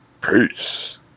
Peace